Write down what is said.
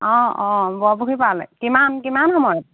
অঁ অঁ বৰপুখুৰী পাৰলৈ কিমান কিমান সময়ত